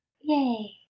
Yay